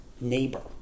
neighbor